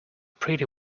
pretty